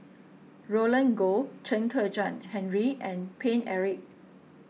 Roland Goh Chen Kezhan Henri and Paine Eric